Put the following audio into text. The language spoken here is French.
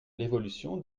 l’évolution